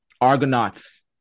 Argonauts